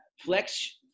flex